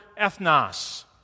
ethnos